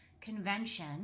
convention